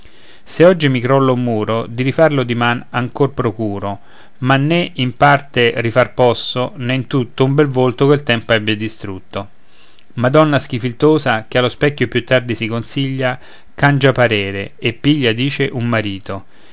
se oggi mi crolla un muro di rifarlo dimani ancor procuro ma né in parte rifar posso né in tutto un bel volto che il tempo abbia distrutto madonna schifiltosa che allo specchio più tardi si consiglia cangia parere e piglia dice un marito